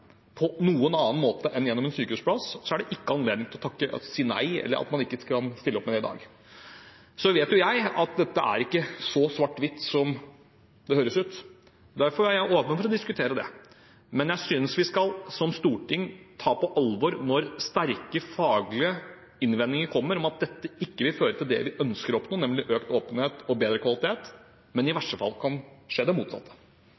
på noen annen måte enn gjennom en sykehusplass, er det ikke anledning til å si nei, eller til å si at man ikke kan stille opp med det i dag. Så vet jo jeg at dette er ikke så svart-hvitt som det høres ut. Derfor er jeg åpen for å diskutere det. Men jeg synes vi som storting skal ta på alvor sterke faglige innvendinger som kommer, om at dette ikke vil føre til det vi ønsker å oppnå, nemlig økt åpenhet og bedre kvalitet, men i verste fall kanskje det motsatte.